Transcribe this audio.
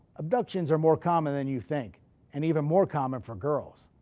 abductions are more common than you think and even more common for girls.